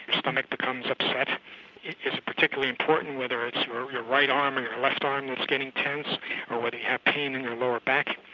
stomach becomes upset, it's particularly important whether it's your right arm or left arm is getting tense or whether you have pain in your lower back.